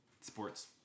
sports